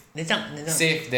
then 这样 then 这样